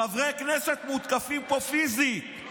חברי כנסת מותקפים פה פיזית.